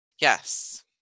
Yes